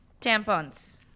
tampons